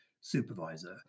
supervisor